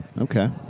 Okay